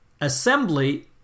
assembly